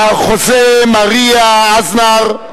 מר חוסה מריה אסנר,